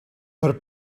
per